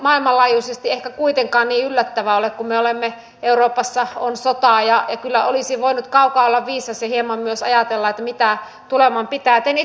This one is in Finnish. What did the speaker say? nämä kaksi suomen vasemmistolaisinta puoluetta tarttuivat opposition järeimpään aseeseen eli välikysymykseen ja tekivät tästä tahattomasta ministeri stubbin virheestä välikysymyksen jolla pyrkivät stubbin erottamiseen hallituksesta